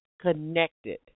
connected